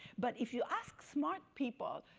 but if you asks smart people,